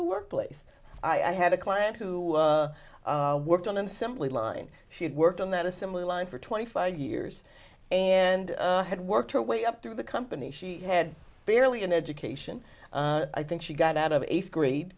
the workplace i had a client who worked on an assembly line she had worked on that assembly line for twenty five years and had worked her way up through the company she had barely an education i think she got out of eighth grade